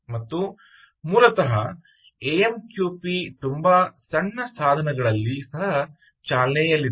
ಮತ್ತು ಮೂಲತಃ AMQP ತುಂಬಾ ಸಣ್ಣ ಸಾಧನಗಳಲ್ಲಿ ಸಹ ಚಾಲನೆಯಲ್ಲಿದೆ